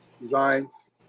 Designs